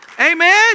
Amen